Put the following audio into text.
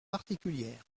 particulière